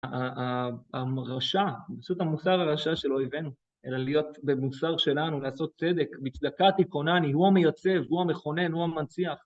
הרשע, במציאות המוסר הרשע של אויבינו, אלא להיות במוסר שלנו, לעשות צדק, מצדקת היכונניי, הוא המייצב, הוא המכונן, הוא המנציח.